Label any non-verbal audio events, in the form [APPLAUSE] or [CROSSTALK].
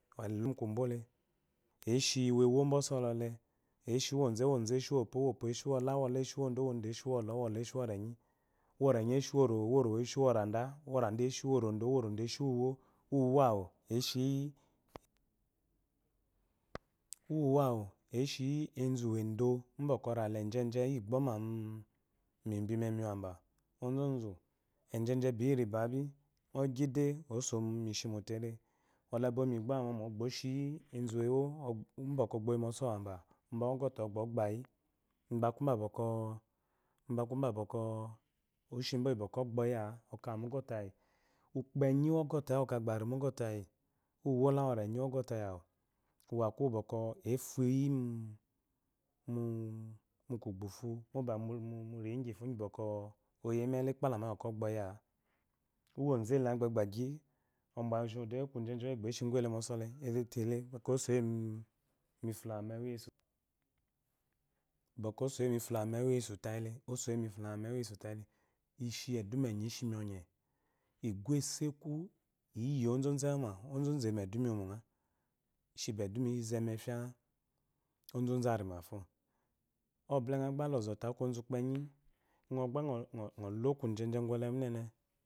[UNINTELLIGIBLE] eshi wewo bɔsɔle bwɔle oshi ozuwoze, woze eshiyiwopwo wopwo eshiyi wola wola eshiyi wrds wodo eshiyi wolɔ wola eshiyi wo renyi worenyi enshiy worowo worowo eshiyi worada worada eshiyi worodo worodo eshiyi wuwo uwuwo eshiyi wedo bwwwɔ ojeje migboma mebi memiweba ozozu ejeje ba iyi ribabi ngo gyide osomishi mo tele bwɔ le ba obwa igboma momo oshiyi ezuwewo ba osɔwu baba mba mɔsɔwu ogabayi mba aku ba bwɔkwɔ mba aku ba bwɔkwɔ oshibo yibwɔkwɔ ogboyila okamu gɔtayi ukpenyi wo tayi wukwɔ arimogɔ tayi uwolaworenyi wu gɔtayi awu wu aku bwɔkwɔ efuyi mukugbufu moba moninyi gyi bwɔkwɔ oyeyi melu ikpelama yi bwɔkwɔ ogboyia wozele a gbagbegyi de kujeje wu eshigu ele mu ɔsɔle ele tele akeyi osoyemu mifulama mewu yesu bwɔkwɔ esoyemu fulame mewu yesu tayele ishi edume enyi ishiri ɔnye iguesu eku iyi ozozu animafo obulenga gba lɔzɔe aku ozugbenyi ngo gba ngo lo kujeje kwɔle munele